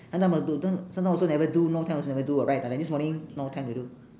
and now my sometimes also never do no time also never do what right uh like this morning no time to do